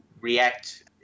react